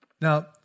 Now